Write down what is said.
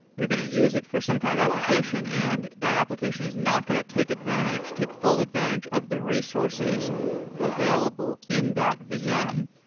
you're going to use it for some kind of application and that application is not going to take advantage, take full advantage of the resources available in that vm.